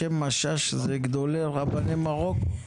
השם משש זה גדולי רבני מרוקו.